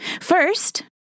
First